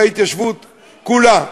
וההתיישבות כולה,